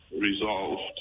resolved